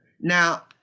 Now